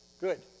Good